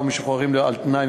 אהרונוביץ, בבקשה.